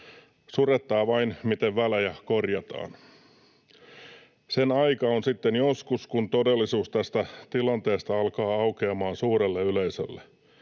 Surettaa vain, miten välejä korjataan. Sen aika on sitten joskus, kun todellisuus tästä tilanteesta alkaa aukeamaan suurelle yleisölle.